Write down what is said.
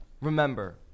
remember